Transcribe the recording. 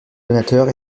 donateurs